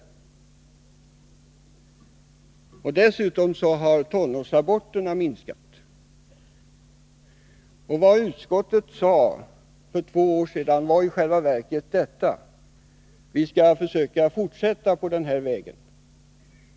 Till saken hör också att tonårsaborterna minskat. Vad utskottet sade för två år sedan var i själva verket detta: Vi skall försöka fortsätta på den här vägen.